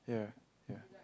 yeah yeah